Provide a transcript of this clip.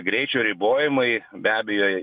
greičio ribojimai be abejo